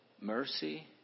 mercy